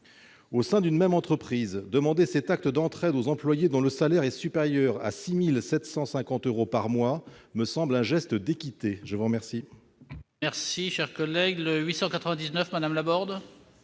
Au sein d'une même entreprise, demander cet acte d'entraide aux employés dont le salaire est supérieur à 6 750 euros par mois me semble être un geste d'équité. La parole